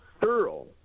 thorough